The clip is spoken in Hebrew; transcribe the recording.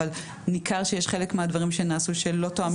אבל ניכר שיש חלק מהדברים שנעשו שלא תואמים את המצב החוקי.